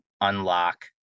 unlock